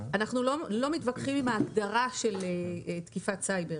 אנחנו לא מתווכחים עם ההגדרה של תקיפת סייבר.